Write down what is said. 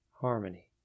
harmony